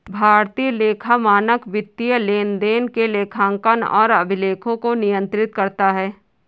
भारतीय लेखा मानक वित्तीय लेनदेन के लेखांकन और अभिलेखों को नियंत्रित करता है